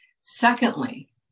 Secondly